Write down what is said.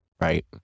right